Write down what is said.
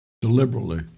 deliberately